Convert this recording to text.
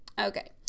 okay